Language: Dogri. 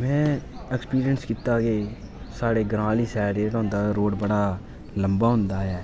में ऐक्सपिरियंस कीता की साढ़े ग्रांऽ आह्ली साइड़ जेह्ड़ा होंदा रोड़ होंदा बड़ा लम्बा होंदा ऐ